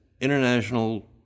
international